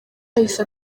yahise